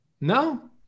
No